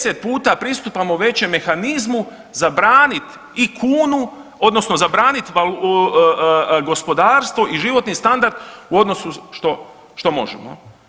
10 puta pristupamo većem mehanizmu za branit i kunu odnosno za branit gospodarstvo i životni standard u odnosu što možemo.